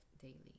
daily